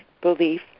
belief